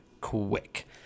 quick